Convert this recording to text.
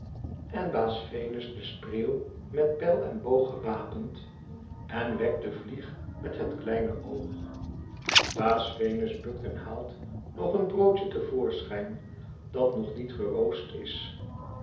en baas venus de spreeuw met pijl en boog gewapend en wegg de vlieg met het kleine oog baas venus bukt en haalt nog een broodje te voorschijn dat nog niet geroost is